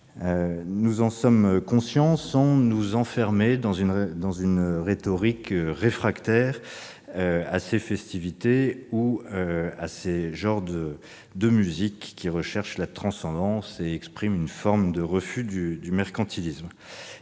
Nous en sommes conscients, sans pour autant vouloir nous enfermer dans une rhétorique hostile à ces festivités ou à ces genres de musique qui recherchent la transcendance et expriment une forme de refus du mercantilisme.